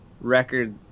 record